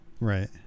Right